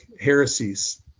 heresies